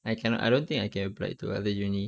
I cannot I don't think I can apply to other uni